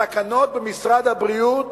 התקנות במשרד הבריאות